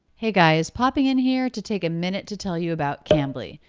hey guys, popping in here to take a minute to tell you about cambly.